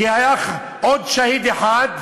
כי הלך עוד שהיד אחד,